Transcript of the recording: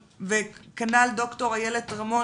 ומבקשת, וכנ"ל ד"ר איילת רמון